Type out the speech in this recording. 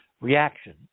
reaction